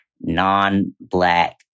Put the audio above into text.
non-black